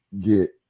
get